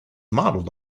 modeled